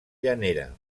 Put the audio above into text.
llanera